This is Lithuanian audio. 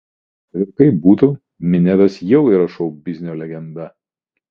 kad ir kaip būtų minedas jau yra šou biznio legenda